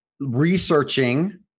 researching